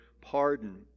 pardon